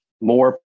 more